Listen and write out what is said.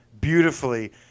beautifully